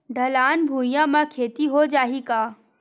ढलान भुइयां म खेती हो जाही का?